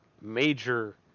major